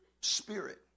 spirit